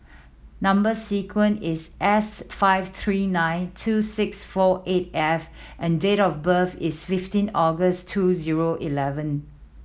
number sequence is S five three nine two six four eight F and date of birth is fifteen August two zero eleven